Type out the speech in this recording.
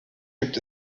gibt